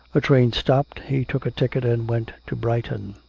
a train stopped. he took a ticket and went to brighton.